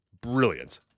brilliant